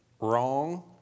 Wrong